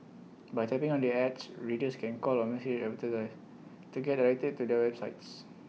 by tapping on the ads readers can call or message to get directed to their websites